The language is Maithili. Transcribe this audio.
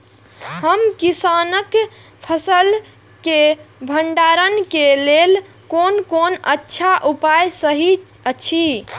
हम किसानके फसल के भंडारण के लेल कोन कोन अच्छा उपाय सहि अछि?